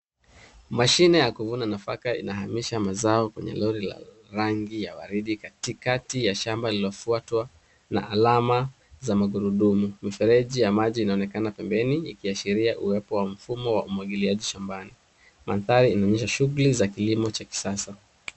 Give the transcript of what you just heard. Mashini ya kufunga nafaka inahamisha mazao kwenye Lori la waridi linaloonekana katikati ya shambani linalofuatwa na alama za Magurudumu. Mifereji ya maji inaonekana pempeni ikiashiria mfumo wa umwagiliaji shambani. Mandhari inaonyesha shughuli za kilimo cha kisasa.